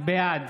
בעד